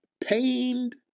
pained